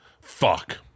Fuck